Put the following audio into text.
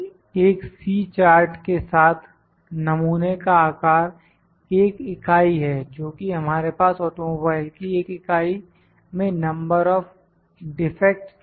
एक C chart के साथ नमूने का आकार एक इकाई है जो कि हमारे पास ऑटोमोबाइल की एक इकाई में नंबर ऑफ डिफेक्ट्स थी